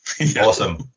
Awesome